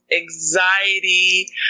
anxiety